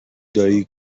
دایی